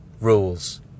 Rules